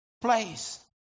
place